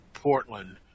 Portland